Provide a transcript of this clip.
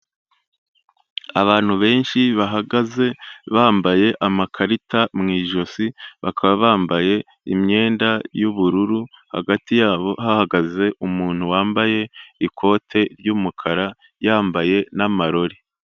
Abantu benshi bahagaze bambaye amakarita mu ijosi, bakaba bambaye imyenda y'ubururu hagati yabo hahagaze umuntu wambaye ikote ry'umukara yambaye n'amarori.